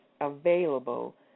available